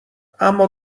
اما